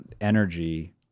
energy